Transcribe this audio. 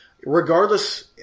Regardless